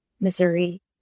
Missouri